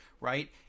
right